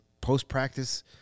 post-practice